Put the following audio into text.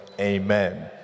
Amen